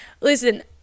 Listen